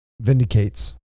vindicates